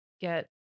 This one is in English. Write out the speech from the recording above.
get